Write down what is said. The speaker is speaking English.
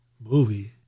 Movie